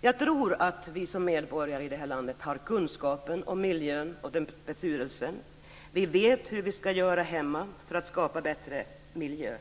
Jag tror att vi som medborgare i det här landet har kunskapen om miljön och dess betydelse. Vi vet hur vi ska göra hemma för att skapa bättre miljö.